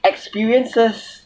experiences